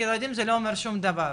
זה לא אומר שום דבר,